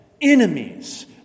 enemies